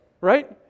right